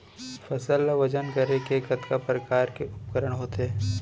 फसल ला वजन करे के कतका प्रकार के उपकरण होथे?